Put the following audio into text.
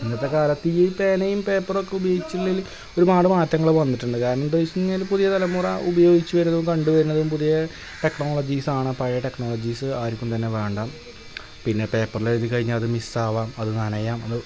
ഇന്നത്തെക്കാലത്തീ പേനയും പേപ്പറൊക്കെ ഉപയോഗിച്ചില്ലേല് ഒരുപാട് മാറ്റങ്ങൾ വന്നിട്ടുണ്ട് കാരണം എന്താന്ന് ചോദിച്ചു കഴിഞ്ഞാൽ പുതിയ തലമുറ ഉപയോഗിച്ച് വരുന്നതും കണ്ട് വരുന്നതും പുതിയ ടെക്നോളജീസാണ് പഴ ടെക്നോളജീസ് ആർക്കും തന്നെ വേണ്ട പിന്നെ പേപ്പറിലെഴുതി കഴിഞ്ഞാലത് മിസ്സാകാം അത് നനയാം അത്